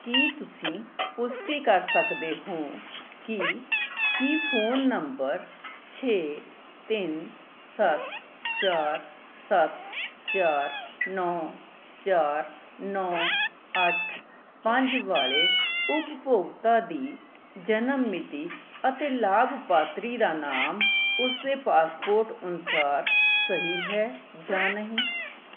ਕੀ ਤੁਸੀਂ ਪੁਸ਼ਟੀ ਕਰ ਸਕਦੇ ਹੋ ਕਿ ਕੀ ਫੋਨ ਨੰਬਰ ਛੇ ਤਿੰਨ ਸੱਤ ਚਾਰ ਸੱਤ ਚਾਰ ਨੌ ਚਾਰ ਨੌ ਅੱਠ ਪੰਜ ਵਾਲੇ ਉਪਭੋਗਤਾ ਦੀ ਜਨਮ ਮਿਤੀ ਅਤੇ ਲਾਭਪਾਤਰੀ ਦਾ ਨਾਮ ਉਸਦੇ ਪਾਸਪੋਰਟ ਅਨੁਸਾਰ ਸਹੀ ਹੈ ਜਾਂ ਨਹੀਂ